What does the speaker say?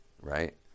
Right